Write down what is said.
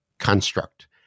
construct